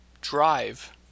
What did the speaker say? drive